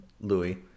louis